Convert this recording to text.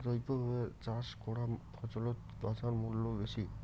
জৈবভাবে চাষ করা ফছলত বাজারমূল্য বেশি